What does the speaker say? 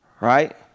right